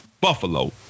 Buffalo